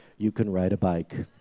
you can ride a bike.